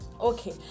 okay